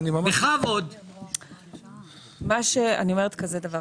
כבוד היושב